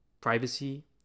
Privacy